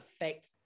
affect